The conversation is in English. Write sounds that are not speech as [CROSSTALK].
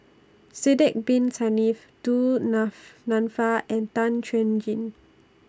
Sidek Bin Saniff Du [UNINTELLIGIBLE] Nanfa and Tan Chuan Jin